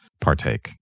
partake